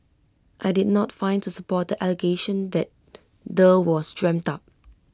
I did not find to support the allegation that the was dreamt up